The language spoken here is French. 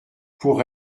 pour